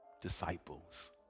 Disciples